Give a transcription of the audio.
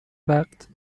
وقت